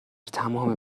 تمام